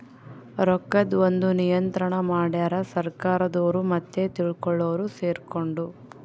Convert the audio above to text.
ರೊಕ್ಕದ್ ಒಂದ್ ನಿಯಂತ್ರಣ ಮಡ್ಯಾರ್ ಸರ್ಕಾರದೊರು ಮತ್ತೆ ತಿಳ್ದೊರು ಸೆರ್ಕೊಂಡು